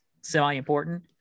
semi-important